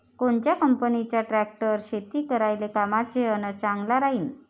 कोनच्या कंपनीचा ट्रॅक्टर शेती करायले कामाचे अन चांगला राहीनं?